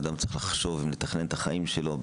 שאדם צריך לחשוב ולתכנן את החיים שלו,